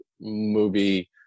movie